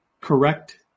correct